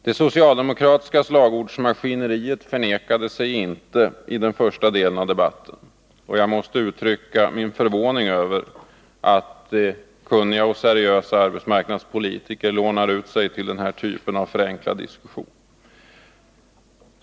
Det socialdemokratiska slagordsmaskineriet förnekade sig inte i den första delen av debatten, och jag måste uttrycka min förvåning över att kunniga och seriösa arbetsmarknadspolitiker lånar sig till den här typen av förenklad diskussion.